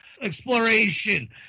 exploration